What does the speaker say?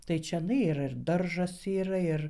tai čionai ir ir daržas yra ir